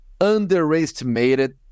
underestimated